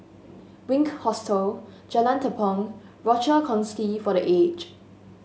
Wink Hostel Jalan Tepong Rochor Kongsi for The Aged